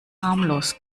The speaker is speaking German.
harmlos